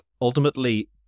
ultimately